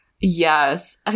Yes